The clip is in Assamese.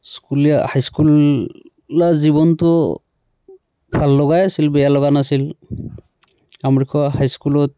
স্কুলীয়া হাই স্কুলীয়া জীৱনটো ভাল লগাই আছিল বেয়া লগা নাছিল আমৰিখোৱা হাই স্কুলত